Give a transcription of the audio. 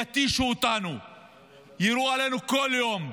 יתישו אותנו, יירו עלינו כל יום,